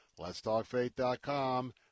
letstalkfaith.com